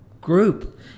group